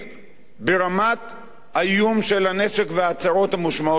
ברמת האיום של הנשק וההצהרות המושמעות נגדה.